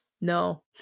No